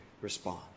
Respond